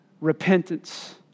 repentance